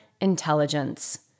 intelligence